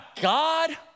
God